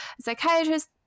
psychiatrist